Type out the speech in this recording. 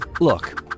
Look